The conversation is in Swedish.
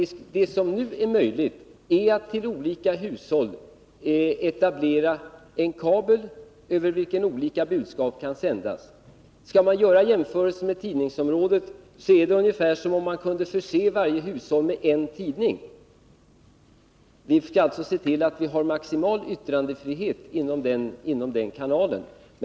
Det som nu är möjligt är att till olika hushåll etablera en kabel över vilken olika budskap kan sändas. Skall man göra jämförelser med tidningsområdet är det ungefär som om man kunde förse varje hushåll med en enda tidning. Vi skall alltså se till att vi har maximal yttrandefrihet inom den enda kabeln.